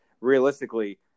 realistically